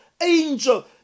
angel